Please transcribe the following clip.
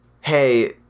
hey